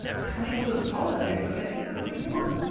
kinds of politics that i think are really important. like